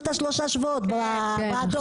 מתכבד לפתוח את